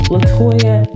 Latoya